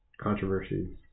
controversies